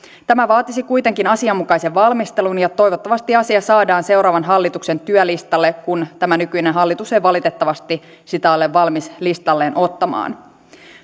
tämä vaatisi kuitenkin asianmukaisen valmistelun ja toivottavasti asia saadaan seuraavan hallituksen työlistalle kun tämä nykyinen hallitus ei valitettavasti sitä ole valmis listalleen ottamaan